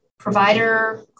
provider